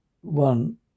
one